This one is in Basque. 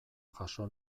jaso